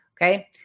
Okay